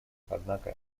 однако